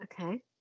okay